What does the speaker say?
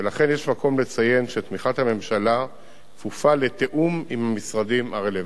ולכן יש מקום לציין שתמיכת הממשלה כפופה לתיאום עם המשרדים הרלוונטיים.